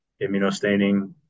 immunostaining